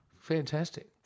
Fantastic